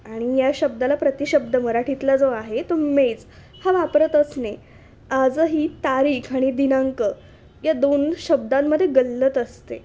आणि या शब्दाला प्रति शब्द मराठीतला जो आहे तो मेज हा वापरतच नाही आजही तारीख आणि दिनांक या दोन शब्दांमध्ये गल्लत असते